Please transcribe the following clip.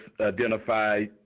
identify